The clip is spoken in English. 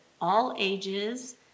all-ages